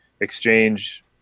exchange